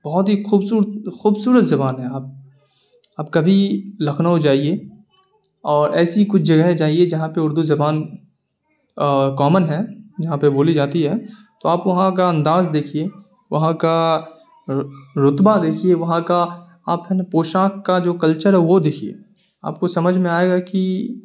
بہت ہی خوبصورت زبان ہیں آپ آپ کبھی لکھنؤ جائیے اور ایسی کچھ جگہیں جائیے جہاں پہ اردو زبان کامن ہے جہاں پہ بولی جاتی ہے تو آپ وہاں کا انداز دیکھیے وہاں کا رتبہ دیکھیے وہاں کا آپ ہے نا پوشاک کا جو کلچر ہے وہ دیکھیے آپ کو سمجھ میں آئے گا کہ